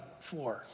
floor